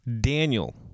Daniel